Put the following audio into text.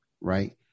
right